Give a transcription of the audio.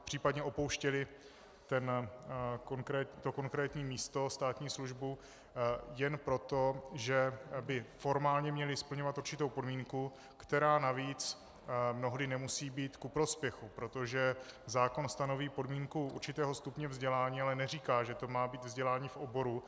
Případně opouštěli to konkrétní místo, státní službu jen proto, že by formálně měli splňovat určitou podmínku, která navíc mnohdy nemusí být ku prospěchu, protože zákon stanoví podmínku určitého stupně vzdělání, ale neříká, že to má být vzdělání v oboru.